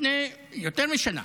לפני יותר משנה,